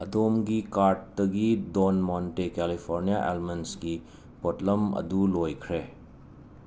ꯑꯗꯣꯝꯒꯤ ꯀꯥꯔꯠꯇꯒꯤ Don Monte California ꯑꯦꯜꯃꯟꯁꯀꯤ ꯄꯣꯠꯂꯝ ꯑꯗꯨ ꯂꯣꯏꯈ꯭ꯔꯦ